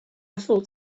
thought